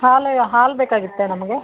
ಹಾಲು ಹಾಲು ಬೇಕಾಗಿತ್ತು ನಮಗೆ